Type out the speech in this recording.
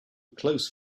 close